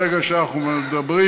ברגע שאנחנו מדברים,